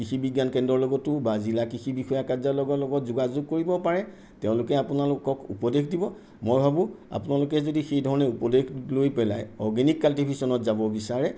কৃষি বিজ্ঞান কেন্দ্ৰৰ লগতো বা জিলা কৃষি বিষয়াৰ কাৰ্যালয়ৰ লগ লগত যোগাযোগ কৰিব পাৰে তেওঁলোকে আপোনালোকক উপদেশ দিব মই ভাবোঁ আপোনালোকে যদি সেইধৰণে উপদেশ লৈ পেলাই অৰ্গেনিক কাল্টিভেশ্যনত যাব বিচাৰে